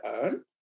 earn